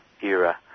era